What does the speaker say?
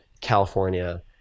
California